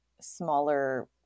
smaller